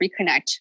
reconnect